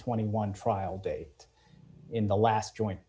twenty one trial date in the last joint